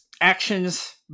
actions